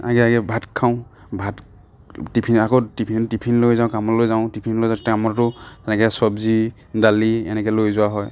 আগে আগে ভাত খাওঁ ভাত টিফিন আকৌ টিফিন টিফিনলৈ যাওঁ কামলৈ যাওঁ টিফিন লৈ যাওঁ এনেকে চব্জি দালি এনেকে লৈ যোৱা হয়